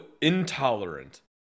intolerant